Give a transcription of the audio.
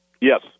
Yes